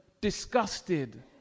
disgusted